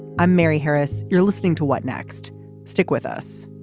i'm mary harris. you're listening to what next stick with us